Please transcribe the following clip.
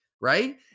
Right